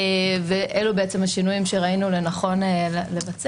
ואלו בעצם השינויים שראינו לנכון לבצע.